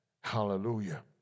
Hallelujah